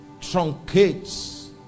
truncates